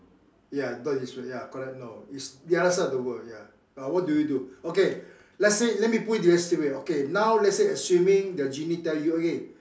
ya I thought this world ya correct no is the other side of the world ya but what do you do okay let's say let me put it this way okay now let's say assuming the genie tell you okay